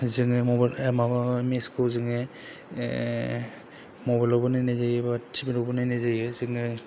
जोङो मेट्स खौ जोङो मबाइल आवबो नायनाय जायो बा टिभि फ्रावबो नायनाय जायो जोङो